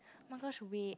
my god should wait